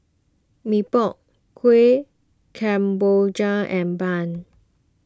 Mee Pok Kuih Kemboja and Bun